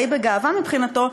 די בגאווה מבחינתו,